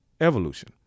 evolution